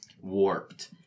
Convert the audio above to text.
warped